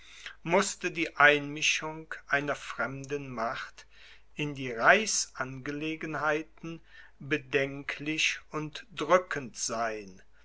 mußte die einmischung einer fremden macht in die reichsangelegenheiten bedenklich und drückend sein